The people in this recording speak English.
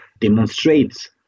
demonstrates